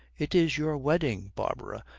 it is your wedding, barbara,